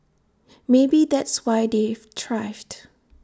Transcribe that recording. maybe that's why they've thrived